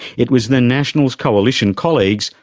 it was the nationals' coalition colleagues,